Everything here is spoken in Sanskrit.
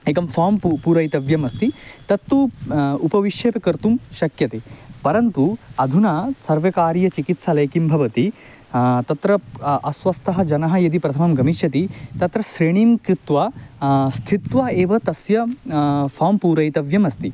एकं फ़ाम् पू पूरयितव्यम् अस्ति तत्तु उपविश्यपि कर्तुं शक्यते परन्तु अधुना सर्वकारीय चिकित्सालये किं भवति तत्र अस्वस्थः जनः यदि प्रथमं गमिष्यति तत्र श्रेणीं कृत्वा स्थित्वा एव तस्य फ़ाम् पूरयितव्यमस्ति